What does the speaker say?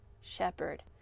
shepherd